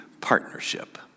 partnership